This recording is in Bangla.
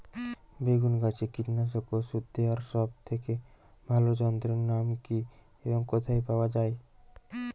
বেগুন গাছে কীটনাশক ওষুধ দেওয়ার সব থেকে ভালো যন্ত্রের নাম কি এবং কোথায় পাওয়া যায়?